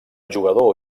jugador